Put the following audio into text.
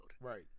Right